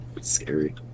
scary